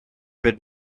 bit